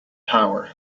power